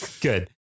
good